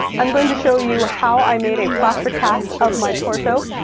i'm going to show you how i made a plaster cast of my torso,